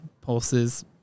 Pulses